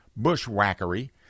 bushwhackery